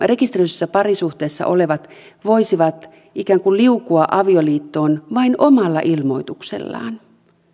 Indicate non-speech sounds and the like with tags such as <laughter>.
<unintelligible> rekisteröidyssä parisuhteessa olevat voisivat ikään kuin liukua avioliittoon vain omalla ilmoituksellaan